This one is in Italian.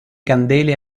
candele